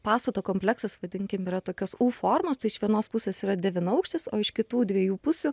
pastato kompleksas vadinkim yra tokios u formos tai iš vienos pusės yra devynaukštis o iš kitų dviejų pusių